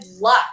luck